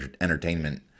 entertainment